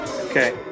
Okay